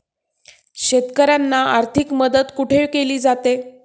शेतकऱ्यांना आर्थिक मदत कुठे केली जाते?